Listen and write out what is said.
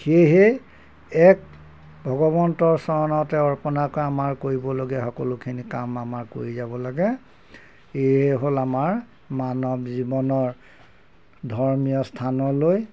সেয়েহে এক ভগৱন্তৰ চৰণতে অৰ্পনাকৈ আমাৰ কৰিবলগীয়া সকলোখিনি কাম আমাৰ কৰি যাব লাগে এই হ'ল আমাৰ মানৱ জীৱনৰ ধৰ্মীয় স্থানলৈ